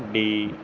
D